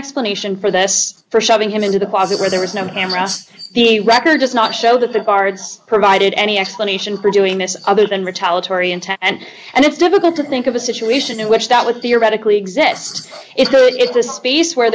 explanation for this for shoving him into the closet where there was no cameras the record just not show that the guards provided any explanation for doing this other than retaliatory intent and and it's difficult to think of a situation in which that with theoretically exist it's good it's a space where